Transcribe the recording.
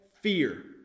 fear